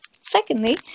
secondly